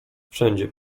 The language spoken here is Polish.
wszędzie